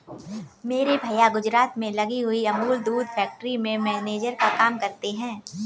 मेरे भैया गुजरात में लगी हुई अमूल दूध फैक्ट्री में मैनेजर का काम करते हैं